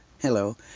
Hello